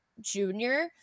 junior